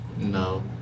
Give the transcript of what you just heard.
no